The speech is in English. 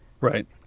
Right